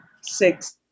six